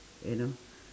you know